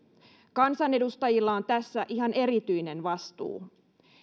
kansanedustajilla on tässä ihan erityinen vastuu